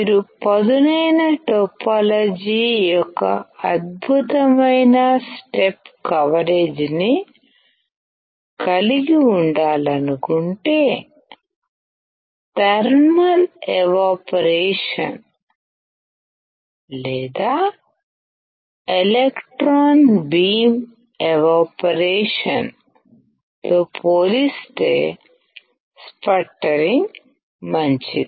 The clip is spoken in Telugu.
మీరు పదునైన టోపోలాజీ యొక్క అద్భుతమైన స్టెప్ కవరేజ్ ని కలిగి వుండాలనుకుంటే థర్మల్ ఎవాపరేషన్ లేదా ఎలక్ట్రాన్ బీమ్ ఎవాపరేషన్ తో పోలిస్తే స్పట్టరింగ్ మంచిది